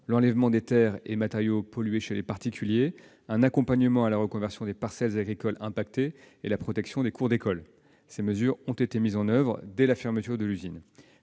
l'enlèvement des terres et matériaux pollués chez les particuliers, un accompagnement à la reconversion des parcelles agricoles touchées et la protection des cours d'école. Ces mesures ont été mises en oeuvre dès la fermeture de l'usine.